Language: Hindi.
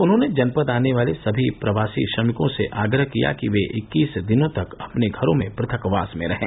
उन्होंने जनपद आने वाले सभी प्रवासी श्रमिकों से आग्रह किया कि वे इक्कीस दिनों तक अपने घरों में पृथक वास में रहें